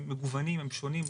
הם מגוונים, הם שונים.